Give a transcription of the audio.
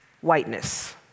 whiteness